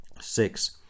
Six